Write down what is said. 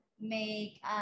make